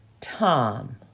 Tom